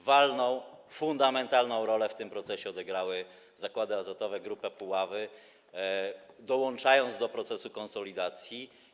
Walną, fundamentalna rolę w tym procesie odegrały zakłady azotowe Grupy Puławy, dołączając do procesu konsolidacji.